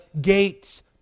gates